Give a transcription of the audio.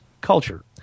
culture